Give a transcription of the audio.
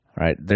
right